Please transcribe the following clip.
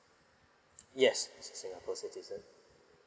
yes singapore citizen